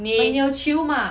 你